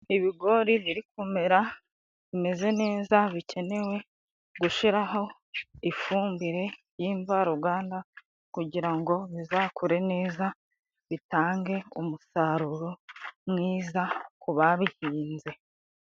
Ibigori biri kumera bimeze neza bikenewe, gushyiraho ifumbire y'imvaruganda. Kugira ngo bizakure neza bitange ,umusaruro mwiza kubabihinze.